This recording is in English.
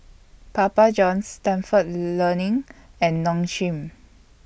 Papa Johns Stalford Learning and Nong Shim